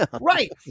Right